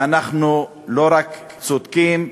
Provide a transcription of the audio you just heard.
ואנחנו לא רק צודקים,